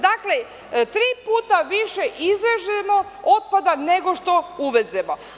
Dakle, tri puta više izvezemo otpada nego što uvezemo.